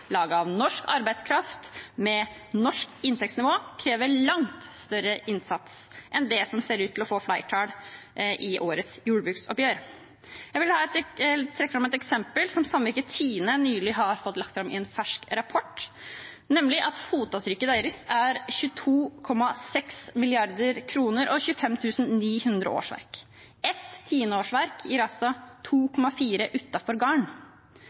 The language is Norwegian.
laget av norsk arbeidskraft med norsk inntektsnivå, krever langt større innsats enn det som ser ut til å få flertall i årets jordbruksoppgjør. Jeg vil trekke fram et eksempel som samvirket Tine nylig har fått lagt fram i en fersk rapport, nemlig at fotavtrykket deres er 22,6 mrd. kr og 25 900 årsverk. Ett